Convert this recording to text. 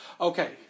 Okay